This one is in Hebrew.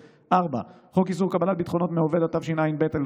4. חוק איסור קבלת ביטחונות מעובד, התשע"ב 2012,